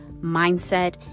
mindset